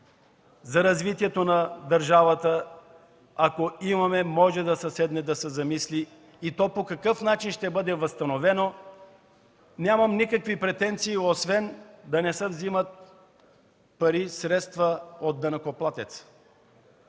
за развитието на държавата, може да се седне и да се помисли по какъв начин да бъде възстановено. Нямам никакви претенции, освен да не се вземат пари, средства от данъкоплатеца.